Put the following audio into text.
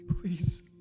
Please